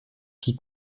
qui